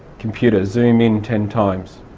computer, zoom in ten times.